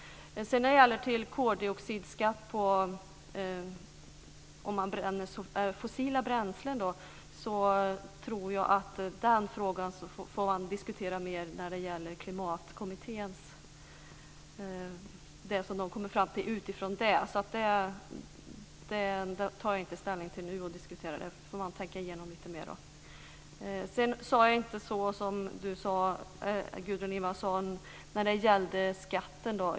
Frågan om koldioxidskatt vid eldning av fossila bränslen tror jag att man får diskutera mer utifrån det som Klimatkommittén kommer fram till. Den frågan tar jag därför inte ställning till nu eller diskuterar. Det här får man tänka igenom lite mer. Jag sade inte så som Gudrun Lindvall sade om skatten.